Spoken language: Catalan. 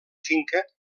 finca